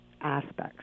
aspects